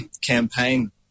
campaign